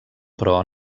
però